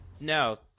No